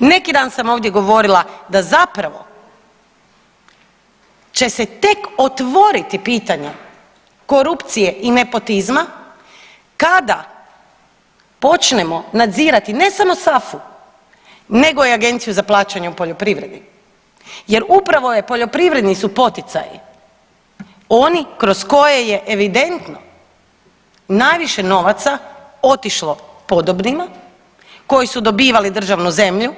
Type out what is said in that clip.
Neki dan sam ovdje govorila da zapravo će se tek otvoriti pitanje korupcije i nepotizma kada počnemo nadzirati ne samo SAFU nego i Agenciju za plaćanje u poljoprivredi jer upravo je, poljoprivredni su poticaji oni kroz koje je evidentno najviše novaca otišlo podobnima koji su dobivali državnu zemlju,